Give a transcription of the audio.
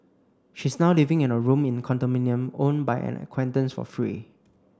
she is now living in a room in condominium owned by an acquaintance for free